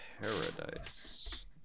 Paradise